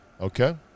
Okay